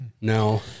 No